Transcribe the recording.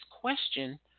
question